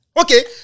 Okay